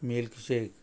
milk shake